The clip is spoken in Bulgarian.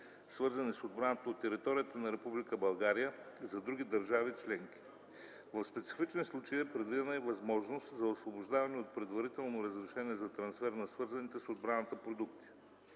свързани с отбраната, от територията на Република България за други държави членки. В специфични случаи е предвидена и възможност за освобождаване от предварително разрешение за трансфер на свързаните с отбраната продукти.